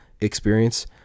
experience